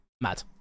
mad